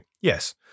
Yes